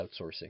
outsourcing